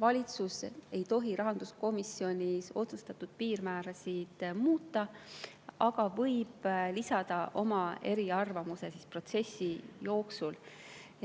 Valitsus ei tohi rahanduskomisjonis otsustatud piirmäärasid muuta, aga võib lisada oma eriarvamuse protsessi jooksul.